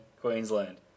Queensland